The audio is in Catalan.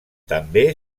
també